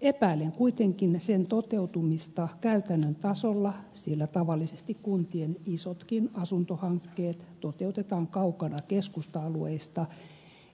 epäilen kuitenkin sen toteutumista käytännön tasolla sillä tavallisesti kuntien isotkin asuntohankkeet toteutetaan kaukana keskusta alueista